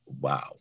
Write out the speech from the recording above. wow